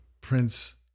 Prince